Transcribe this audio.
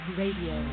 radio